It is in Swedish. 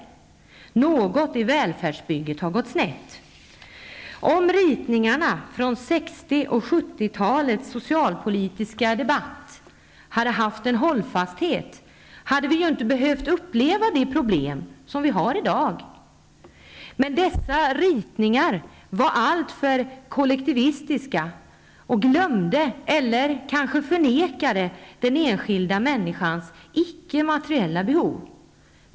Något i välfärdsbygget har gått snett. Om ritningarna från 60 och 70-talets socialpolitiska debatt haft en hållfasthet hade vi inte behövt uppleva de problem vi har i dag. Men dessa ritningar var alltför kollektivistiska och glömde eller förnekade kanske den enskilda människans icke-materiella behov.